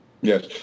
Yes